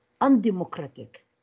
undemocratic